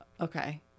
okay